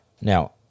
Now